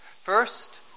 First